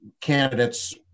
candidates